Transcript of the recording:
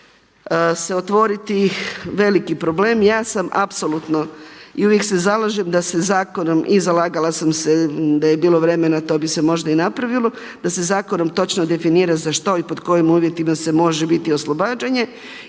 se otvoriti veliki problem. Ja sam apsolutno i uvijek se zalažem da se zakonom, i zalagala sam se da je bilo vremena to bi se možda i napravilo, da se zakonom točno definira za što i pod kojim uvjetima se može biti oslobađanje